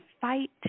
fight